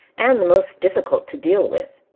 and the most difficult to deal with.